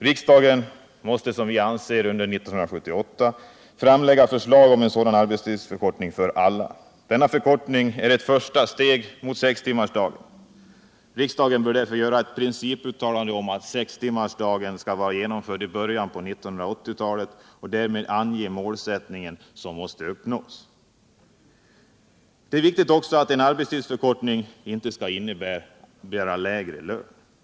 Regeringen måste under 1978 framlägga förslag om en sådan arbetstidsförkortning för alla. Denna förkortning är ett första steg mot sextimmarsdagen. Riksdagen bör därför göra ett principuttalande om att sextimmarsdagen skall vara genomförd i början på 1980-talet och därmed ange den målsättning som måste uppnås. Det är viktigt att en arbetstidsförkortning inte skall innebära lägre lön.